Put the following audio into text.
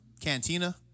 cantina